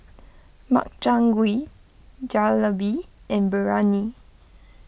Makchang Gui Jalebi and Biryani